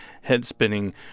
head-spinning